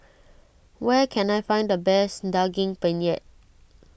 where can I find the best Daging Penyet